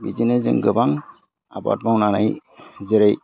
बिदिनो जों गोबां आबाद मावनानै जेरै